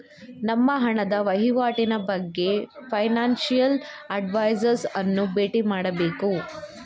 ನಮ್ಮ ಹಣದ ವಹಿವಾಟಿನ ಬಗ್ಗೆ ಫೈನಾನ್ಸಿಯಲ್ ಅಡ್ವೈಸರ್ಸ್ ಅನ್ನು ಬೇಟಿ ಮಾಡಬೇಕು